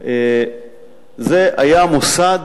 זה היה מוסד